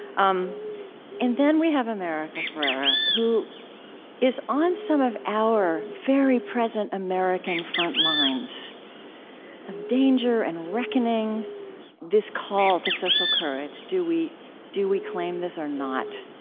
um and then we have america ferrera, who is on some of our very present american frontlines of danger and reckoning this call to social courage. do we do we claim this or not?